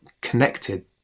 connected